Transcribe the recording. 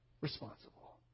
responsible